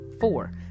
four